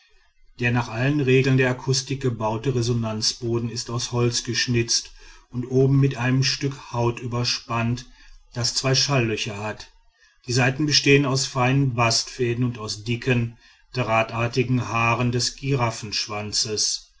der nach allen regeln der akustik gebaute resonanzboden ist aus holz geschnitzt und oben mit einem stück haut überspannt das zwei schallöcher hat die saiten bestehen aus feinen bastfäden und aus dicken drahtartigen haaren des